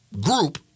group